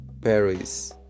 Paris